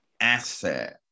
asset